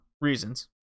reasons